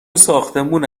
ساختمونه